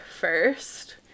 first